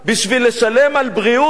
בשביל לשלם על בריאות